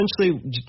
Essentially